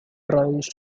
tries